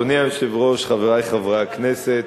אדוני היושב-ראש, חברי חברי הכנסת,